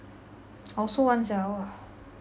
I also want sia !wah!